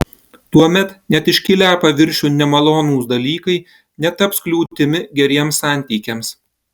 tuomet net iškilę paviršiun nemalonūs dalykai netaps kliūtimi geriems santykiams